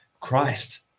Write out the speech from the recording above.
Christ